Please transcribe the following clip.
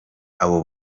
aba